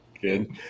Good